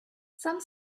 some